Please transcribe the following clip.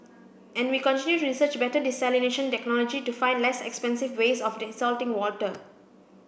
and we continue to research better desalination technology to find less expensive ways of desalting water